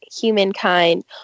humankind